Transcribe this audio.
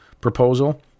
proposal